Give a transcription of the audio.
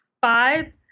five